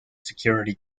security